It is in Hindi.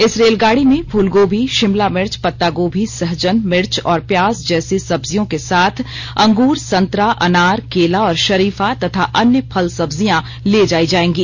इस रेलगाड़ी में फूलगोभी शिमला मिर्च पत्ता गोभी सहजन मिर्च और प्याज जैसी सब्जियों के साथ अंगूर संतरा अनार केला और शरीफा तथा अन्य फल सब्जियां ले जाई जाएंगी